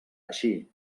així